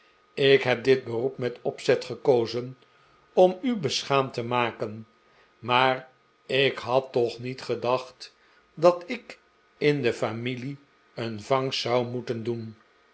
ik heb dit beroep met opzet gekozen om u beschaamd te maken maar ik had toch niet gedacht dat ik in de familie een vangst zou moeten doen